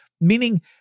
meaning